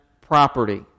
property